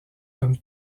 comme